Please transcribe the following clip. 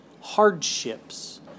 hardships